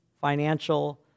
financial